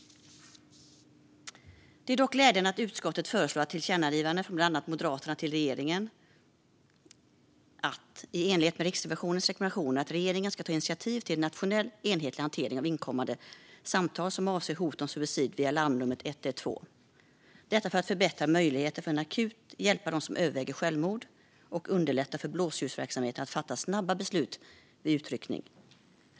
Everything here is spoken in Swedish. Det är dock glädjande att utskottet föreslår ett tillkännagivande till regeringen från bland annat Moderaterna - att regeringen i enlighet med Riksrevisionens rekommendation ska ta initiativ till en nationell enhetlig hantering av inkommande samtal som avser hot om suicid via larmnumret 112. Detta för att förbättra möjligheterna att akut hjälpa dem som överväger självmord och underlätta för blåljusverksamheter att fatta snabba beslut vid uttryckning.